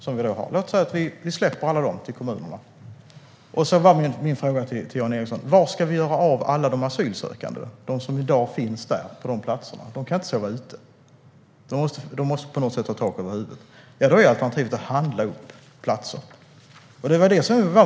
Om vi släpper alla 39 000 platser till kommunerna, var ska vi då göra av alla asylsökande som i dag har dessa platser? De kan inte sova ute; de måste ha tak över huvudet. Alternativet är att handla upp platser.